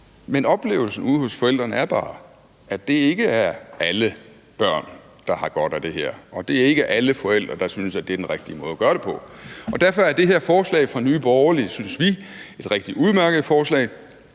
Men oplevelsen ude hos forældrene er bare, at det ikke er alle børn, der har godt af det her, og det er ikke alle forældre, der synes, at det er den rigtige måde at gøre det på. Derfor er det her forslag fra Nye Borgerlige, synes vi, et rigtig udmærket forslag,